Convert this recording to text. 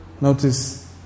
notice